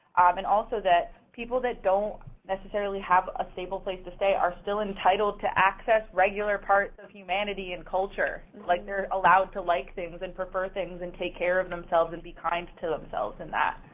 and also that people that don't necessarily have a stable place to stay are still entitled to access regular parts of humanity and culture. like, they're allowed to like things and prefer things and take care of themselves and be kind to themselves and that.